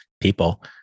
people